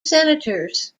senators